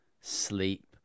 sleep